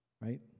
right